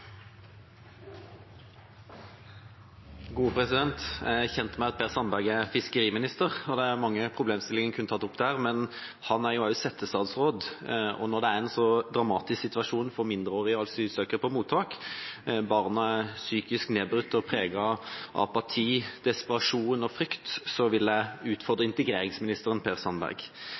kjent med at Per Sandberg er fiskeriminister, og det er mange problemstillinger en kunne tatt opp i den forbindelse. Men han er også settestatsråd, og når det er en så dramatisk situasjon for mindreårige asylsøkere på mottak, barna er psykisk nedbrutt og preget av apati, desperasjon og frykt, vil jeg utfordre integreringsministeren Per Sandberg.